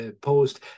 post